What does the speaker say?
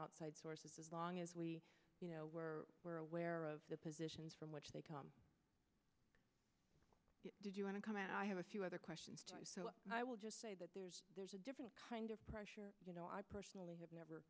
outside sources as long as we you know we're we're aware of the positions from which they come did you want to come out i have a few other questions so i will just say that there's there's a different kind of pressure you know i personally have never